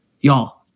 y'all